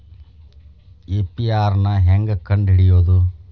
APR ನ ಹೆಂಗ್ ಕಂಡ್ ಹಿಡಿಯೋದು?